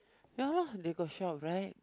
ya lah they got shop right